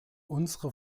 unsere